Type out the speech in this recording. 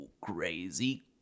crazy